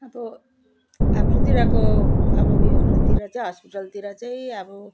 अब हाम्रोतिरको अब उयोहरूतिर चाहिँ हस्पिटलतिर चाहिँ अब